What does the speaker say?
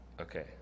Okay